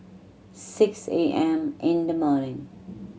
six A M in the morning